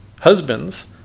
husbands